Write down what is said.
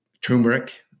turmeric